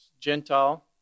Gentile